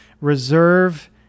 reserve